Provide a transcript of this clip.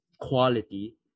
quality